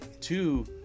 Two